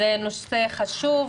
זה נושא חשוב,